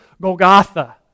Golgotha